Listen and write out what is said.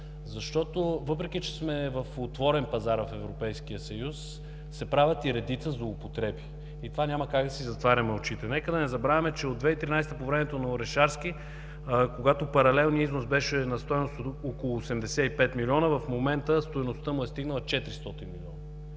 – въпреки че сме в отворен пазар в Европейския съюз, правят се редица злоупотреби и затова няма как да си затваряме очите. Нека да не забравяме, че от 2013 г., по времето на Орешарски, когато паралелният износ беше на стойност около 85 милиона, в момента стойността му е стигнала 400 милиона